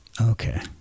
Okay